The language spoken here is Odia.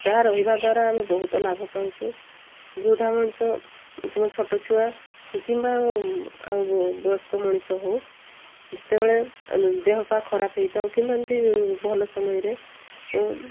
ତା ରହିବା ଦ୍ୱାରା ଆମେ ବହୁତ ଲାଭ ପାଉଛୁ ବୃଦ୍ଧା ମଣିଷ ତମ ଛୋଟ ଛୁଆ କିମ୍ବା ଆଉ ବୟସ୍କ ମଣିଷ ହେଉ ଯେତେବେଳେ ଦେହ ପା ଖରାପ ହୋଇଥାଉ କିମ୍ବା ଏମିତି ଭଲ ସମୟରେ